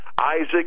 Isaac